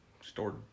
Stored